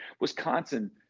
Wisconsin